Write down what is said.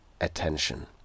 attention